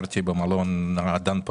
בירוקרטיה.